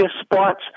spots